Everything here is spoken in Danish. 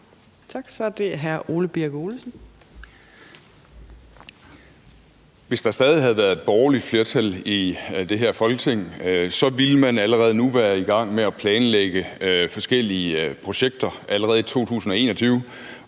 Hvis der stadig havde været et borgerligt flertal i det her Folketing, ville man allerede nu være i gang med at planlægge forskellige projekter for 2021.